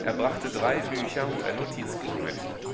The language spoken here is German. er brachte drei bücher und ein notizbuch mit